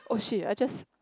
oh shit I just